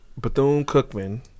Bethune-Cookman